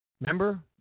Remember